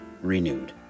renewed